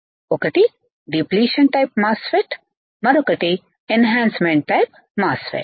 ఒకటి depletion type MOSFET మరొకటి enhancement type mass ఫెట్